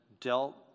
dealt